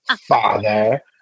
father